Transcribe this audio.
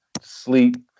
sleep